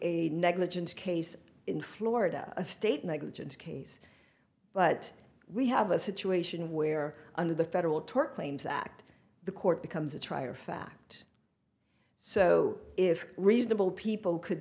negligence case in florida a state negligence case but we have a situation where under the federal tort claims act the court becomes a trier of fact so if reasonable people could